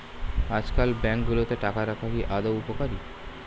আজকাল ব্যাঙ্কগুলোতে টাকা রাখা কি আদৌ উপকারী?